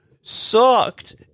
sucked